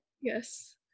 Yes